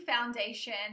foundation